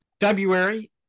February